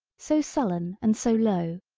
so sullen and so low,